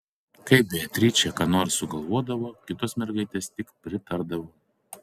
kai beatričė ką nors sugalvodavo kitos mergaitės tik pritardavo